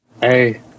Hey